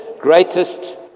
greatest